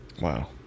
Wow